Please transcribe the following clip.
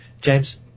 James